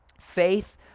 Faith